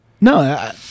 No